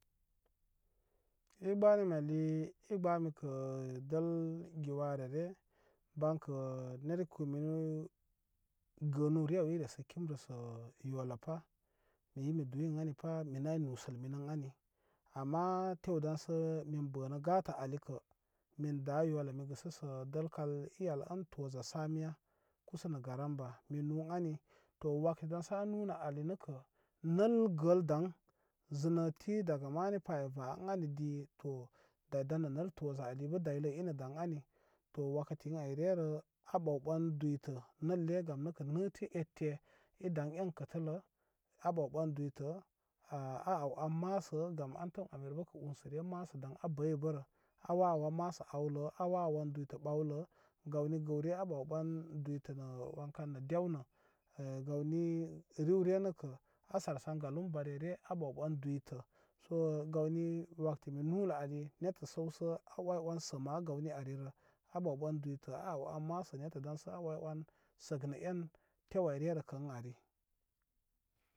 I gbənimi ali i gbəmi kə dəl giware re bankə neri kəwmini gənu re aw iresə kimrə sə yola pa mi bə mi duyi ən anipa mi nay nusəl mini ən ani ama tew dənsə mi bə nə gatə alikə min da yola mi gəsə sə dəl kal i el in toza tsamiya kusa nə garamba mi nu ani to wakati sə a munə alikə nəl gəl daŋ zənəti daga mani pa ay va ən ani di to day dan nə nəl toza ali bə daylə ini da ən ani. To wakati ən ay rerə a ɓaw bən duytə nəlle gamnəkə nəte ette i daŋ en kətələ a ɓaw ɓan duytə a aw an masə gam antəm ami bə unsəre masə daŋ a bəybərə a wawəwan duytə ɓawlə gawni gəwre a ɓaw ɓan duyta nə wankan nə dewinə gawni riwre nəkə a sarsan galum bare re a ɓaw ɓan duytə so gawni wakati mi lunə ali nettə səwsə a oy on səma a gawni arirə a ɓaw ɓan duytə a aw an masə nettə daŋsə a oy on səknə en teww ayrerə kə ən ani.